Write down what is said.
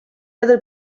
other